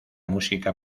música